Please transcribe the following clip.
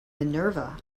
minerva